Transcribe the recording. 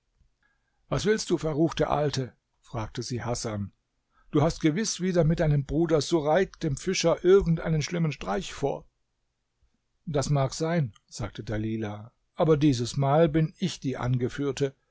was willst du verruchte alte fragte sie hasan du hast gewiß wieder mit deinem bruder sureik dem fischer irgend einen schlimmen streich vor das mag sein sagte dalilah aber dieses mal bin ich die angeführte